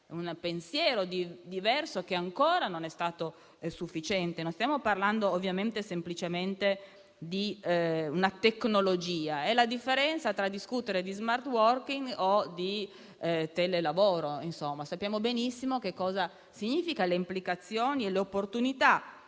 un pensiero diverso che ancora non è sufficiente. Non stiamo parlando, ovviamente, semplicemente di una tecnologia; è la stessa differenza che esiste tra discutere di *smart working* e di telelavoro. Sappiamo benissimo che cosa significa, quali sono le implicazioni e le opportunità